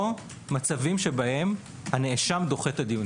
או מצבים שבהם הנאשם דוחה את הדיונים.